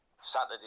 Saturday